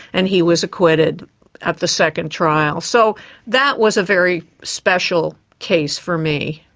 and he was acquitted at the second trial. so that was a very special case for me.